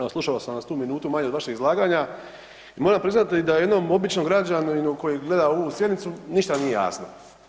Evo slušao sam vas tu minutu manje od vašeg izlaganja i moram priznati da jednom običnom građaninu koji gleda ovu sjednicu ništa nije jasno.